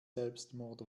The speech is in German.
selbstmord